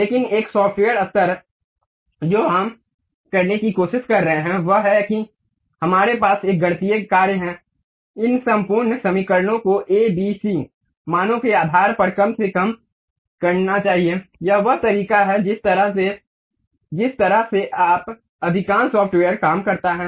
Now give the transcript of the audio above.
लेकिन एक सॉफ्टवेयर स्तर जो हम करने की कोशिश कर रहे हैं वह है कि हमारे पास एक गणितीय कार्य है इन संपूर्ण समीकरणों को ए बी सी मानों के आधार पर कम से कम करना चाहिए यही वह तरीका है जिस तरह से जिस तरह से अधिकांश सॉफ्टवेयर काम करता है